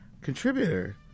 contributor